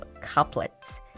couplets